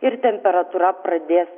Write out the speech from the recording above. ir temperatūra pradės